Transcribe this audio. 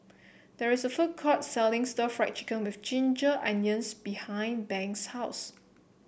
there is a food court selling Stir Fried Chicken with Ginger Onions behind Banks' house